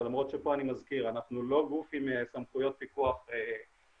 למרות שפה אני מזכיר שאנחנו לא גוף עם סמכויות פיקוח פליליות,